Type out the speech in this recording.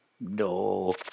No